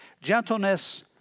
gentleness